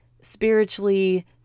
spiritually